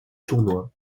tournoi